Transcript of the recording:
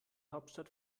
hauptstadt